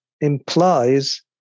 implies